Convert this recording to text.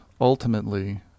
ultimately